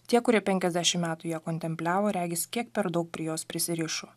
tie kurie penkiasdešim metų ją kontempliavo regis kiek per daug prie jos prisirišo